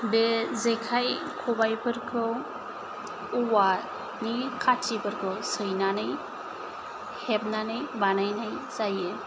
बे जेखाय खबाइफोरखौ औवानि खाथिफोरखौ सैनानै बानायनाय जायो